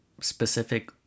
specific